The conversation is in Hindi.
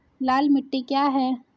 लाल मिट्टी क्या है?